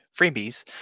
freebies